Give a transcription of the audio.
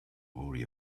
worry